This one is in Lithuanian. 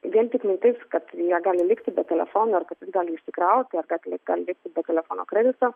vien tik mintis kad jie gali likti be telefono ir kad jis gali išsikrauti ar kartais jie gali likti telefono kredito